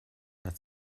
hat